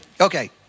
Okay